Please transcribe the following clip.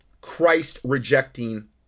Christ-rejecting